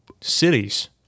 cities